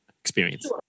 experience